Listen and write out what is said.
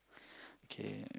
okay